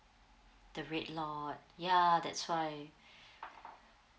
the red lot ya that's why